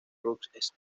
ruth